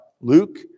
Luke